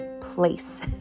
place